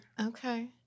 Okay